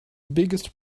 biggest